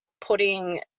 putting